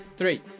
three